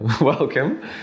Welcome